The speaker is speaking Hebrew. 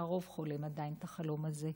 שהרוב חולם עדיין את החלום הזה,